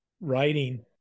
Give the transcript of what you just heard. writing